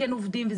כן עובדים.